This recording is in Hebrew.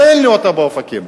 ואין באופקים.